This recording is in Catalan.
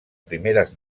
primeres